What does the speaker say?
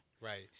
Right